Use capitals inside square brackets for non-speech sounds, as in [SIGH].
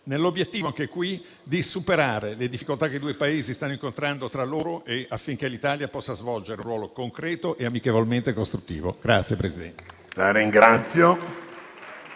nell'obiettivo anche qui di superare le difficoltà che i due Paesi stanno incontrando tra loro, affinché l'Italia possa svolgere un ruolo concreto e amichevolmente costruttivo. [APPLAUSE]